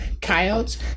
Coyotes